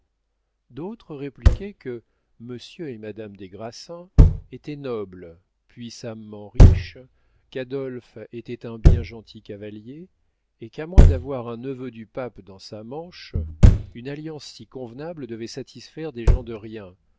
d'autres répliquaient que monsieur et madame des grassins étaient nobles puissamment riches qu'adolphe était un bien gentil cavalier et qu'à moins d'avoir un neveu du pape dans sa manche une alliance si convenable devait satisfaire des gens de rien